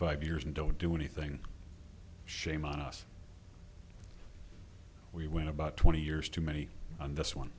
five years and don't do anything shame on us we went about twenty years too many on this one